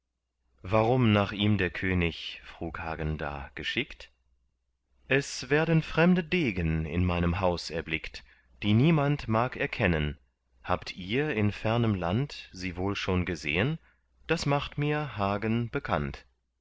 warum nach ihm der könig frug hagen da geschickt es werden fremde degen in meinem haus erblickt die niemand mag erkennen habt ihr in fernem land sie wohl schon gesehen das macht mir hagen bekannt